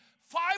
five